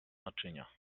naczynia